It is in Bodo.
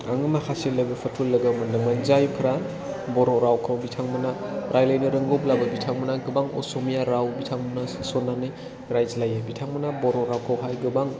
आङो माखासे लोगोफोरखौ लोगो मोनदोंमोन जायफोरा बर' रावखौ बिथांमोना रायज्लायनो रोंगौब्लाबो बिथांमोना गोबां अस'मिया राव बिथांमोना सोस'न्नानै रायज्लायो बिथांमोना बर' रावखौहाय गोबां